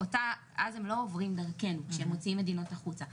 אז הם לא עוברים דרכנו כשהם מוציאים מדינות החוצה,